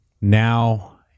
now